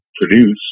produce